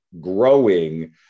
growing